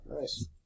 Nice